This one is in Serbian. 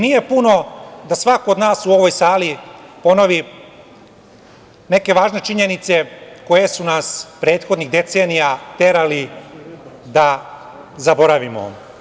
Nije puno da svako od nas u ovoj sali ponovi neke važne činjenica koje su nas prethodnih decenija terali da zaboravimo.